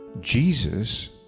Jesus